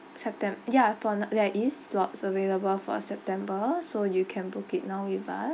septem~ ya up on there is slots available for uh september so you can book it now with us